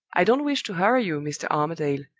i don't wish to hurry you, mr. armadale,